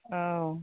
औ